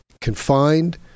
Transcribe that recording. confined